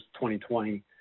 2020